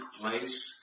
place